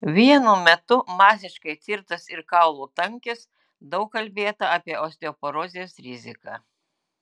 vienu metu masiškai tirtas ir kaulų tankis daug kalbėta apie osteoporozės riziką